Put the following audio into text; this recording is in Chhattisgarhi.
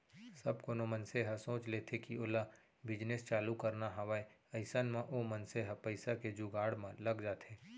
जब कोनो मनसे ह सोच लेथे कि ओला बिजनेस चालू करना हावय अइसन म ओ मनसे ह पइसा के जुगाड़ म लग जाथे